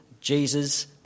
Jesus